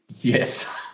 Yes